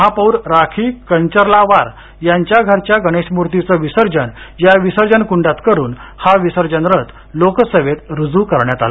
महापौर राखी कंचर्लावार यांच्या घरच्या गणेशमुर्तीचे विसर्जन या विसर्जन कुंडात करून हा विसर्जन रथ लोकसेवेत रुजू करण्यात आला